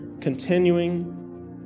continuing